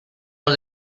los